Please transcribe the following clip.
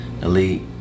elite